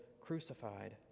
crucified